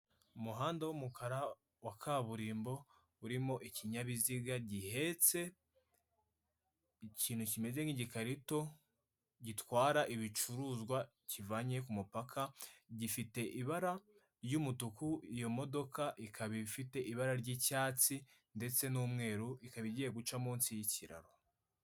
Umuhanda w'umukara wa kaburimbo, urimo ikinyabiziga gihetse, ikintu kimeze nk'igikarito gitwara ibicuruzwa kivanye ku mupaka, gifite ibara ry'umutuku iyo modoka ikaba ifite ibara ry'icyatsi, ndetse n'umweru ikaba igiye guca munsi y'ikiraro.